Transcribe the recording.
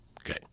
okay